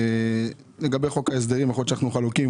לגבי חוק ההסדרים אנחנו חלוקים,